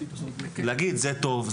ולהגיד: זה טוב,